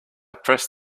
pressed